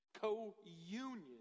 Co-union